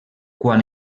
quan